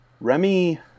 Remy